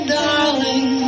darling